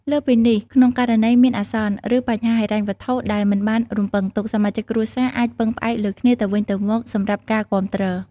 លើសពីនេះ ក្នុងករណីមានអាសន្ន ឬបញ្ហាហិរញ្ញវត្ថុដែលមិនបានរំពឹងទុក សមាជិកគ្រួសារអាចពឹងផ្អែកលើគ្នាទៅវិញទៅមកសម្រាប់ការគាំទ្រ។